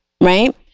right